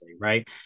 Right